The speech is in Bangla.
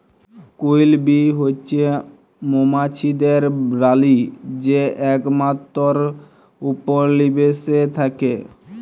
কুইল বী হছে মোমাছিদের রালী যে একমাত্তর উপলিবেশে থ্যাকে